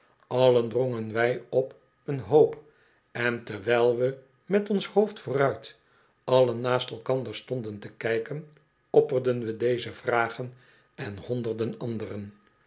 allen drongen wij op een hoop en terwijl we met ons hoofd vooruit allen naast elkander stonden te kijken opperden we deze vragen en honderden andere